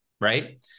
right